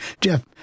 Jeff